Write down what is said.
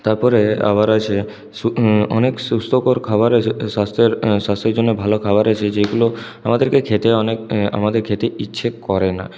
তারপরে আবার আছে অনেক সুস্থকর খাবার আছে স্বাস্থ্যের স্বাস্থ্যের জন্য ভালো খাবার আছে যেগুলো আমাদেরকে খেতে অনেক আমাদের খেতে ইচ্ছে করে না